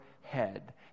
head